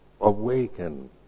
awaken